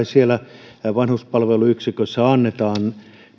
siellä vanhuspalveluyksikössä annetaan